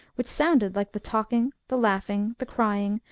which sounded like the talk ing, the laughing, the crying,